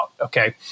Okay